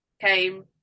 came